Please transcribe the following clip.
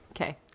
Okay